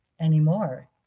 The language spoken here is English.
anymore